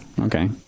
Okay